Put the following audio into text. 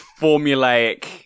formulaic